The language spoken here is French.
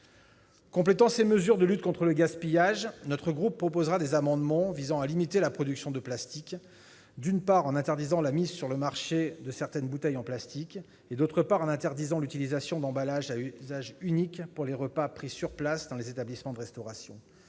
Complétant ces mesures de lutte contre le gaspillage, notre groupe présentera des amendements visant à limiter la production de plastique, d'abord, en interdisant la mise sur le marché de certaines bouteilles en plastique, ensuite, en interdisant l'utilisation d'emballages à usage unique pour les repas pris sur place dans les établissements de restauration,